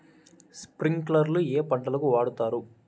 స్ప్రింక్లర్లు ఏ పంటలకు వాడుతారు?